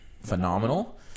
phenomenal